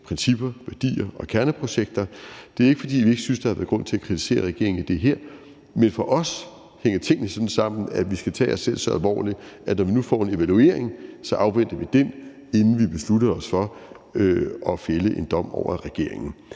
principper og værdier og kerneprojekter. Det er ikke, fordi vi ikke synes, der har været grund til at kritisere regeringen i det her, men for os hænger tingene sådan sammen, at vi skal tage os selv så alvorligt, at når vi nu får en evaluering, afventer vi den, inden vi beslutter os for at fælde en dom over regeringen.